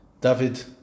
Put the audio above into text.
David